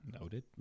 noted